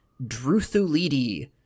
Druthulidi